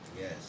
Yes